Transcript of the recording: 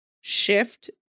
shift